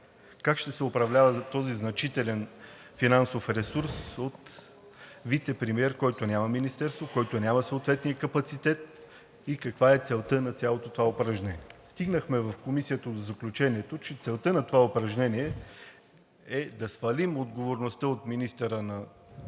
Как ще се управлява този значителен финансов ресурс от вицепремиер, който няма министерство, който няма съответния капацитет и каква е целта на цялото това упражнение? Стигнахме в Комисията до заключението, че целта на това упражнение е да свалим отговорността от министъра на